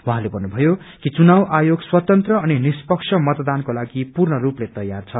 उहाँले भन्नुभयो कि चुनाउ आयोग स्वतंत्र अनि निष्पस मतदानकोलागि पुर्णस्पले तयार छ